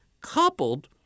coupled